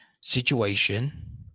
situation